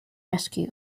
rescue